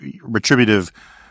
retributive